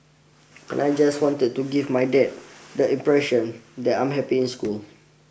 and I just wanted to give my dad the impression that I'm happy in school